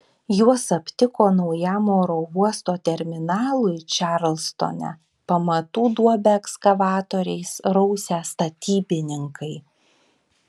juos aptiko naujam oro uosto terminalui čarlstone pamatų duobę ekskavatoriais rausę statybininkai